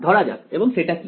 ধরা যাক এবং সেটা কি